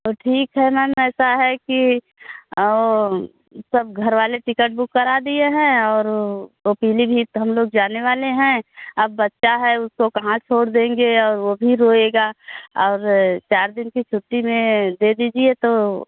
तो ठीक है मैम ऐसा है कि सब घरवाले टिकट बुक करा दिए हैं और वह पीलीभीत हम लोग जाने वाले हैं अब बच्चा है उसको कहाँ छोड़ देंगे और वह भी रोएगा और चार दिन की छुट्टी हमें दे दीजिए तो